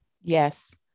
Yes